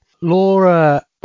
Laura